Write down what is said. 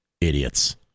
idiots